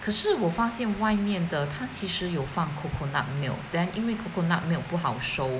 可是我发现外面的他其实有放 coconut milk then 因为 coconut milk 不好收